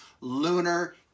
lunar